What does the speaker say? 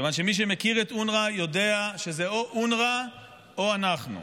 מכיוון שמי שמכיר את אונר"א יודע שזה או אונר"א או אנחנו,